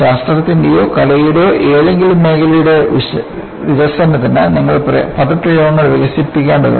ശാസ്ത്രത്തിന്റെയോ കലയുടെയോ ഏതെങ്കിലും മേഖലയുടെ വികസനത്തിന് നിങ്ങൾ പദപ്രയോഗങ്ങൾ വികസിപ്പിക്കേണ്ടതുണ്ട്